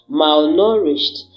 malnourished